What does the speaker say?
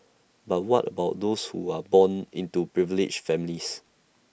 but what about those who are born into privileged families